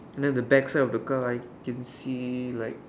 and then the back side of the car I can see like